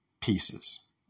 pieces